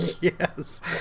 Yes